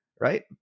right